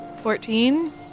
Fourteen